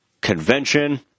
convention